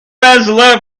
irresolute